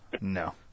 No